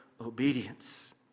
obedience